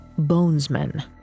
Bonesmen